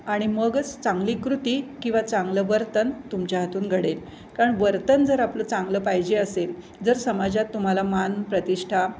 आणि मगच चांगली कृती किंवा चांगलं वर्तन तुमच्या हातून घडेल कारण वर्तन जर आपलं चांगलं पाहिजे असेल जर समाजात तुम्हाला मान प्रतिष्ठा